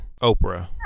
Oprah